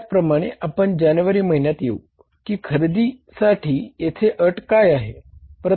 आता त्याचप्रमाणे आपण जानेवारी महिन्यात येऊ की खरेदीसाठी येथे अट काय आहे